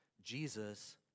Jesus